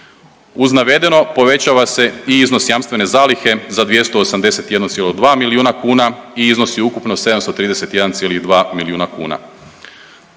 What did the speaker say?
Uz navedeno povećava se i iznos jamstvene zalihe za 281,2 miliona kuna i iznosi ukupno 731,2 milijuna kuna.